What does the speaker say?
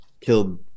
killed